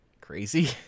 crazy